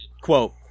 quote